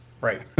Right